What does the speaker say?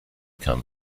come